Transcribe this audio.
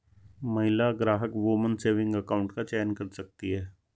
महिला ग्राहक woman saving account का चयन कर सकती है